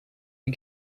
you